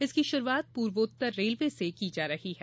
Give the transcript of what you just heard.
इसकी शुरुआत पूर्वोत्तर रेलवे से की जा रही है